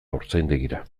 haurtzaindegira